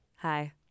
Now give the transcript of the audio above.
Hi